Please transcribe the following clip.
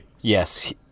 Yes